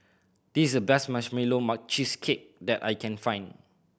this is the best Marshmallow Cheesecake that I can find